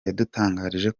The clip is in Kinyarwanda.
yadutangarije